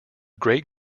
great